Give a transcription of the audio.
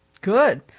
Good